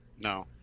No